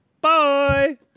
Bye